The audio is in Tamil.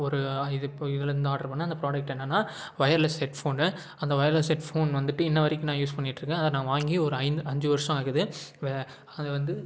ஒரு இது இப்போ இதில் இந்த ஆட்ரு பண்ணிணேன் அந்த ப்ராடக்ட் என்னன்னால் ஒயர்லஸ் ஹெட்ஃபோனு அந்த ஒயர்லஸ் ஹெட்ஃபோன் வந்துட்டு இன்று வரைக்கும் நான் யூஸ் பண்ணிகிட்டுருக்கேன் அதை நான் வாங்கி ஒரு ஐந்து அஞ்சு வருஷோம் ஆகுது வே அதை வந்து